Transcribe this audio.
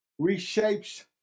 reshapes